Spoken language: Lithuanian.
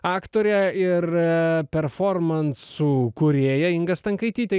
aktorė ir performansų kūrėja inga stankaitytė